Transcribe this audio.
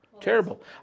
Terrible